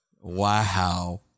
Wow